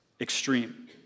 extreme